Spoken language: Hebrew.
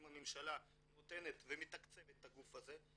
אם הממשלה נותנת ומתקצבת את הגוף הזה,